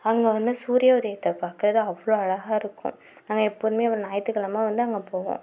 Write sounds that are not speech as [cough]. அங்கே வந்து சூரிய உதயத்தை பார்க்குறது அவ்வளோ அழகாக இருக்கும் நாங்கள் எப்போதுமே [unintelligible] ஞாயித்துகெழமை வந்து அங்கே போவோம்